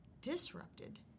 disrupted